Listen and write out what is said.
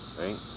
right